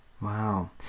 Wow